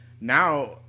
Now